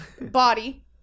Body